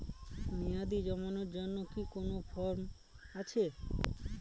মেয়াদী জমানোর জন্য কি কোন ফর্ম আছে?